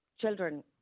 children